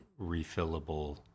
refillable